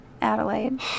Adelaide